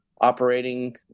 operating